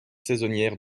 saisonnières